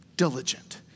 diligent